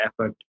effort